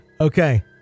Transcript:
Okay